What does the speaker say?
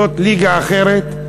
זאת ליגה אחרת,